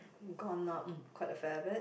gone up quite a fair bit